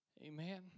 Amen